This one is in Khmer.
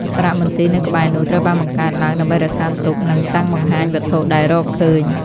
សារមន្ទីរនៅក្បែរនោះត្រូវបានបង្កើតឡើងដើម្បីរក្សាទុក និងតាំងបង្ហាញវត្ថុដែលរកឃើញ។